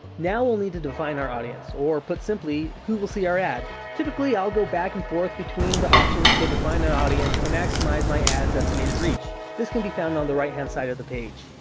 now, we'll need to define our audience or put simply, who will see our ad. typically, i'll go back and forth between the options to define an audience to maximize my ad's estimated reach. this can be found on the right hand side of the page.